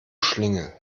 schlingel